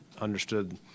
understood